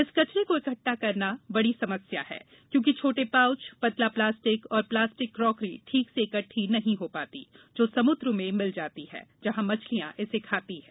इस कचरे को इकट्ठा करना बड़ी समस्या है क्योंकि छोटे पाउच पतला प्लास्टिक और प्लास्टिक क्रॉकरी ठीक से इकट्टी नहीं की जाती जो समुद्र में मिल जाती है जहां मछलिया उसे खाती हैं